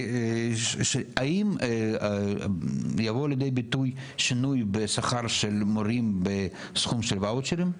האם יבוא לידי ביטוי שינוי בשכר של מורים בסכום של ואוצ'רים?